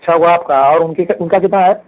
छ गो आपका और उनकी उनका कितना है